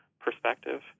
perspective